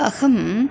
अहम्